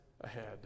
ahead